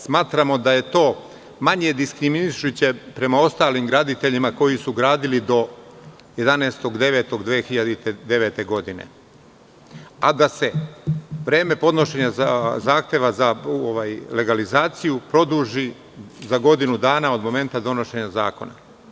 Smatramo da je to manje diskriminišuće prema ostalim graditeljima koji su gradili do 11. septembra 2009. godine, a da se vreme podnošenja zahteva za legalizaciju produži za godinu dana od momenta donošenja zakona.